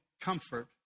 comfort